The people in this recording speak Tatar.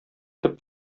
төп